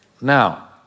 Now